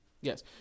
yes